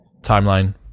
timeline